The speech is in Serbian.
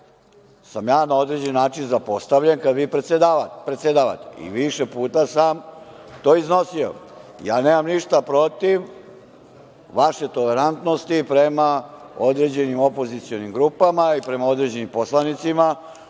sam ja na određen način zapostavljen kada svi predsedavate i više puta sam to iznosio. Nemam ništa protiv vaše tolerantnosti prema određenim opozicionim grupama i prema određenim poslanicima,